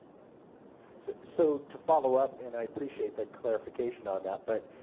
so so to follow-up and i appreciate that clarification on that but,